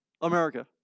America